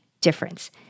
difference